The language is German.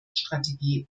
strategie